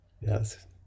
yes